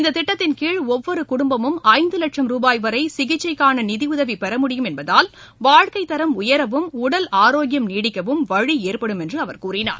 இந்த திட்டத்தின்கீழ் ஒவ்வொரு குடும்பமும் ஐந்து லட்சம் ரூபாய் வரை சிகிச்சைக்கான நிதியுதவி பெற முடியும் என்பதால் வாழ்க்கைத் தரம் உயரவும் உடல் ஆரோக்கியம் நீடிக்கவும் வழி ஏற்படும் என்று அவர் கூறினார்